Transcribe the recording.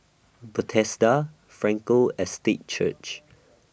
Bethesda Frankel Estate Church